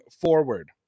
forward